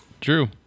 True